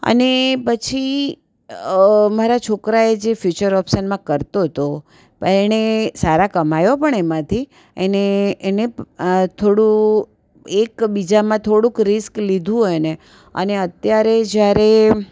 અને પછી મારા છોકરાએ જે ફ્યુચર ઓપ્શનમાં કરતો હતો એણે સારા કમાયો પણ એમાંથી એને એને થોડું એક બીજામાં થોડુંક રિસ્ક લીધું એણે અને અત્યારે જ્યારે